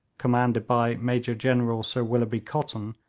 commanded by major-general sir willoughby cotton,